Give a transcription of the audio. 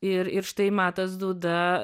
ir ir štai matas dūda